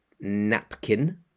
napkin